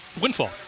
windfall